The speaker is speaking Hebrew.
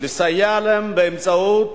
לסייע להם באמצעות